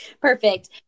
Perfect